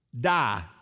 Die